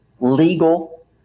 legal